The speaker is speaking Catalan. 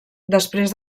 després